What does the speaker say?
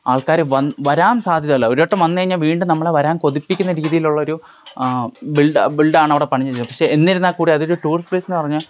ആൾക്കാര് വം വരാൻ സാധ്യത ഉള്ള ഒരു വട്ടം വന്നുകഴിഞ്ഞാൽ വീണ്ടും നമ്മളെ വരാൻ കൊതിപ്പിക്കുന്ന രീതിയിലുള്ളൊരു ബിൽഡാ ബിൽഡാണ് അവിടെ പണിഞ്ഞിരുന്നത് പക്ഷേ എന്നിരുന്നാൽ കൂടി അതൊരു ടൂറിസ്റ്റ് പ്ലേസ് എന്ന് പറഞ്ഞാല്